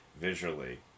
visually